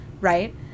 right